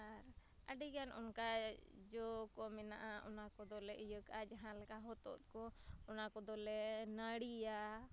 ᱟᱨ ᱟᱹᱰᱤᱜᱟᱱ ᱚᱱᱠᱟ ᱡᱚᱠᱚ ᱢᱮᱱᱟᱜᱼᱟ ᱚᱱᱟᱠᱚᱫᱚᱞᱮ ᱤᱭᱟᱹᱠᱟᱜᱼᱟ ᱡᱟᱦᱟᱸᱞᱮᱠᱟ ᱦᱚᱛᱚᱫᱠᱚ ᱚᱱᱟ ᱠᱚᱫᱚᱞᱮ ᱱᱟᱲᱤᱭᱟ